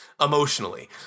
emotionally